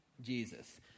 Jesus